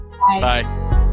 Bye